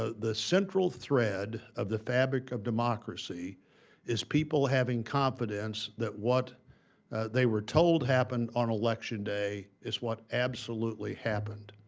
ah the central thread of the fabric of democracy is people having confidence that what we were told happened on election day is what absolutely happened.